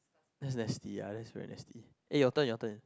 that's nasty ya that's very nasty eh your turn your turn